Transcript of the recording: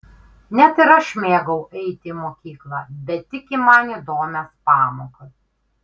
net ir aš mėgau eiti į mokyklą bet tik į man įdomias pamokas